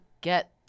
get